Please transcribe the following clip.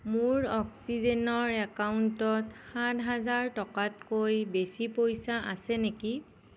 মোৰ অক্সিজেনৰ একাউণ্টত সাত হাজাৰ টকাতকৈ বেছি পইচা আছে নেকি